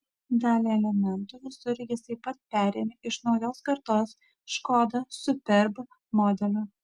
dalį elementų visureigis taip pat perėmė iš naujos kartos škoda superb modelio